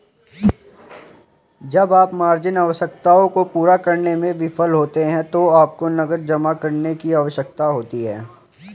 जब आप मार्जिन आवश्यकताओं को पूरा करने में विफल होते हैं तो आपको नकद जमा करने की आवश्यकता होती है